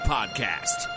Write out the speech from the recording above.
Podcast